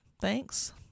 thanks